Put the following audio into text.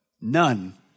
None